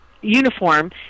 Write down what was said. uniform